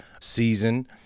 season